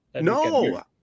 No